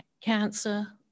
cancer